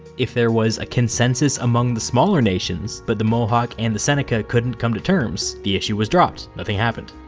if there was consensus among the smaller nations but the mohawk and the seneca couldn't come to terms, the issue was dropped, nothing happened.